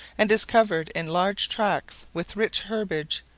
and is covered in large tracks with rich herbage,